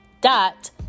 dot